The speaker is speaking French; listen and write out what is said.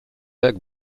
lac